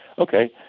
okay,